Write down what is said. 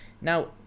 Now